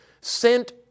Sent